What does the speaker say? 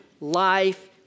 life